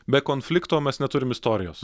be konflikto mes neturim istorijos